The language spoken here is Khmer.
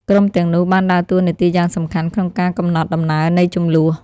ក្រុមទាំងនោះបានដើរតួនាទីយ៉ាងសំខាន់ក្នុងការកំណត់ដំណើរនៃជម្លោះ។